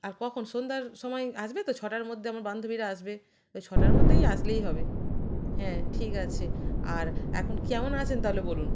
আর কখন সন্ধ্যার সময় আসবে তো ছটার মধ্যে আমার বান্ধবীরা আসবে ওই ছটার মধ্যে আসলেই হবে হ্যাঁ ঠিক আছে আর এখন কেমন আছেন তাহলে বলুন